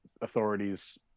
authorities